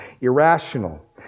irrational